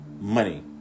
money